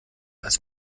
als